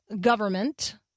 government